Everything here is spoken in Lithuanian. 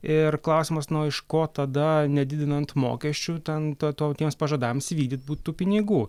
ir klausimas nu iš ko tada nedidinant mokesčių ten tą tavo tiems pažadams vykdyt būtų pinigų